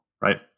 right